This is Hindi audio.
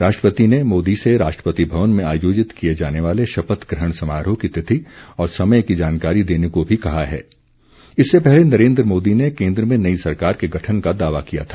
राष्ट्रपति ने मोदी से राष्ट्रपति भवन में आयोजित किए जाने वाले शपथ ग्रहण समारोह की तिथि और समय की जानकारी देने को भी कहा हैं नरेन्द्र मोदी ने केन्द्र में नई सरकार के गठन का दावा किया था